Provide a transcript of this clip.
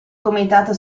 comitato